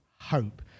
hope